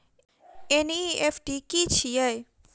NEFT की छीयै?